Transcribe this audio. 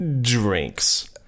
drinks